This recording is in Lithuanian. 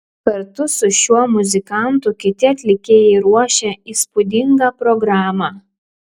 kartu su šiuo muzikantu kiti atlikėjai ruošia įspūdingą programą